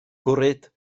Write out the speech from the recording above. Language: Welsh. gwrhyd